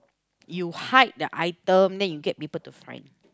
you hide the item then you get people to find